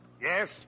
Yes